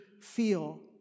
feel